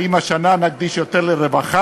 ופועלת נכון.